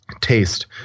Taste